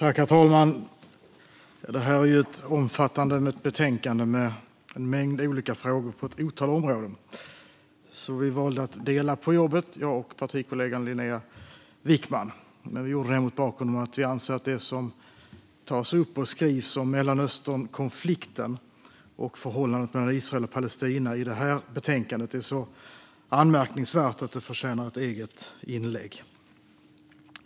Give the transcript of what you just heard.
Herr talman! Detta är ett omfattande betänkande med en mängd olika frågor på ett otal områden, så partikollegan Linnéa Wickman och jag valde att dela på jobbet. Vi gjorde det mot bakgrund av att vi anser att det som skrivs i betänkandet om Mellanösternkonflikten och förhållandet mellan Israel och Palestina är så anmärkningsvärt att det förtjänar ett eget inlägg.